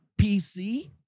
PC